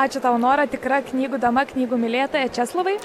ačiū tau nora tikra knygų dama knygų mylėtoja česlovai